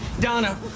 Donna